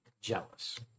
jealous